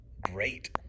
great